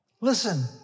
Listen